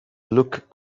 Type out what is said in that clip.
look